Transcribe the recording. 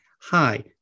hi